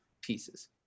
pieces